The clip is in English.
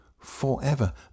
forever